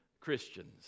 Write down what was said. Christians